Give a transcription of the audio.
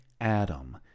Adam